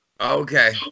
Okay